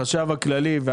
החשב הכללי רוצה לקדם,